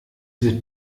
wird